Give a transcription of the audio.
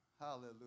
Hallelujah